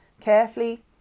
Carefully